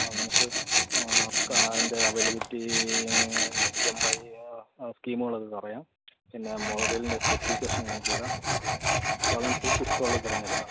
ആ നമുക്ക് അതിന്റെ അവൈലബിളിറ്റീ ഇ എം ഐ സ്കീമുകളക്കെ പറയാം പിന്നെ മൊബൈലിന്റെ സ്പെസിഫിക്കേഷന് കാണിച്ച് തരാം അപ്പോൾ അതനുസരിച്ച് ഇഷ്ട്ടമുള്ളത് തെരഞ്ഞെടുക്കാം